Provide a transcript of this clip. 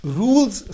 rules